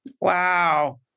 Wow